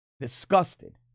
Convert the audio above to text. disgusted